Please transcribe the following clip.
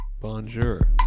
Bonjour